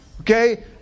Okay